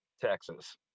Texas